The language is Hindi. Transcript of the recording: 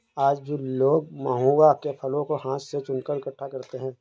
आज भी लोग महुआ के फलों को हाथ से चुनकर इकठ्ठा करते हैं